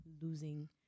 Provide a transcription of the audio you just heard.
losing